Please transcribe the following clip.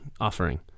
offering